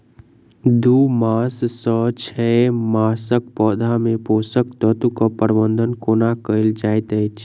दू मास सँ छै मासक पौधा मे पोसक तत्त्व केँ प्रबंधन कोना कएल जाइत अछि?